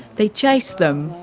they chased them.